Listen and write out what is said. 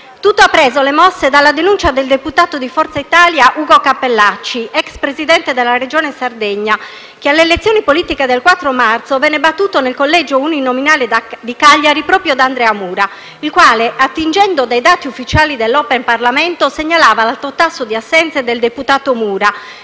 Tutto ha preso le mosse dalla denuncia del deputato di Forza Italia Ugo Capellacci, ex Presidente della Regione Sardegna - che alle elezioni politiche del 4 marzo venne battuto nel collegio uninominale di Cagliari proprio da Andrea Mura - il quale, attingendo dai dati ufficiali della OpenParlamento, segnalava l'alto tasso di assenze del deputato Mura,